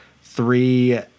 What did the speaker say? three